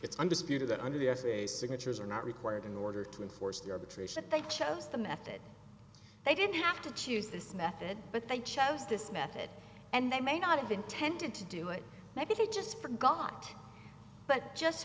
it's understated that under the essay signatures are not required in order to enforce the arbitration they chose the method they didn't have to choose this method but they chose this method and they may not have intended to do it maybe they just forgot but just